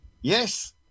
Yes